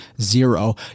zero